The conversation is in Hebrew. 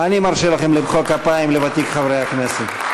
אני מרשה לכם למחוא כפיים לוותיק חברי הכנסת.